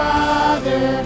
Father